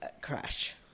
crash